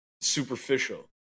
superficial